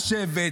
לשבת,